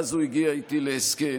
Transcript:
ואז הוא הגיע איתי להסכם,